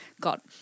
got –